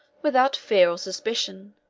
without fear or suspicion,